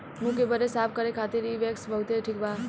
मुंह के बरे साफ करे खातिर इ वैक्स बहुते ठिक बा